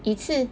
一次